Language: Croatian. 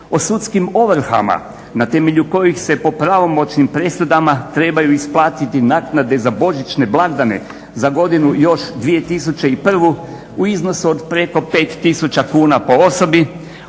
o sudskim ovrhama na temelju kojih se po pravomoćnim presudama trebaju isplatiti naknade za božićne blagdane za godinu još 2001. u iznosu od preko 5000 kuna po osobi,